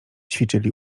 ćwiczyli